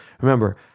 remember